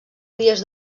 dies